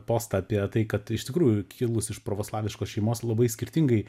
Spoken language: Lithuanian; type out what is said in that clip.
postą apie tai kad iš tikrųjų kilusi iš pravoslaviškos šeimos labai skirtingai